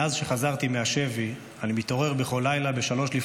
מאז שחזרתי מהשבי אני מתעורר בכל לילה ב-03:00